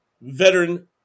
veteran